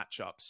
matchups